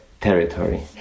territory